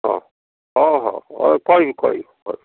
ହଉ ହଁ ହଁ ହଉ କହିବୁ କହିବୁ ହଉ